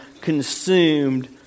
consumed